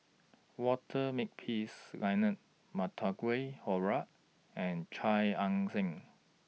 Walter Makepeace Leonard Montague Harrod and Chia Ann Siang